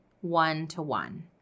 one-to-one